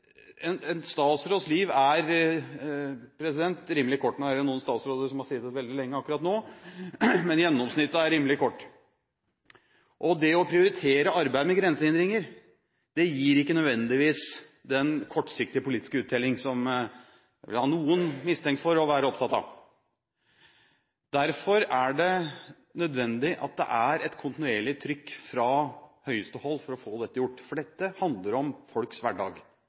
er rimelig kort. Nå har jo noen statsråder sittet veldig lenge akkurat nå, men gjennomsnittet er et statsrådsliv rimelig kort. Det å prioritere arbeidet med grensehindringer gir ikke nødvendigvis den kortsiktige politiske uttelling, som jeg vel har noen mistenkt for å være opptatt av. Derfor er det nødvendig at det er et kontinuerlig trykk fra høyeste hold for å få dette gjort, for dette handler om folks hverdag,